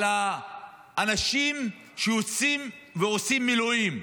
על האנשים שיוצאים ועושים מילואים.